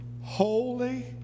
holy